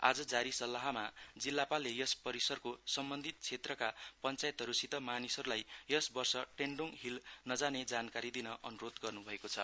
आज जारी सल्लाहमा जिल्लापालले यस परिसरको सम्बन्धित क्षेत्रका पञ्चायतहरूसित मानिसहरूलाई यस वर्ष टेण्डोङ हिल नजाने जानकारी दिन अनुरोध गर्नुभएको छ